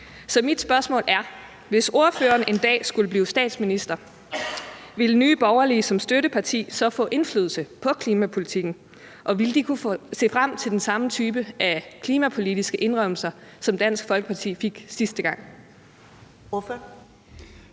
Så mit spørgsmål er: Hvis ordføreren en dag skulle blive statsminister, ville Nye Borgerlige som støtteparti så få indflydelse på klimapolitikken? Og ville de kunne se frem til den samme type klimapolitiske indrømmelser, som Dansk Folkeparti fik sidste gang? Kl.